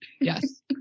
Yes